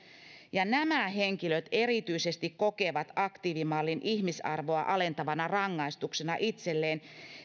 erityisesti nämä henkilöt kokevat aktiivimallin ihmisarvoa alentavana rangaistuksena itselleen